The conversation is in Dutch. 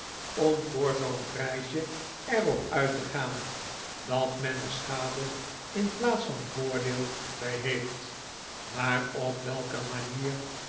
om voor zoo'n prijsje er op uit te gaan dat men er schade in plaats van voordeel bij heeft maar op welke manier